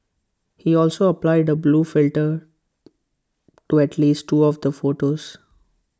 he also applied A blue filter to at least two of the photos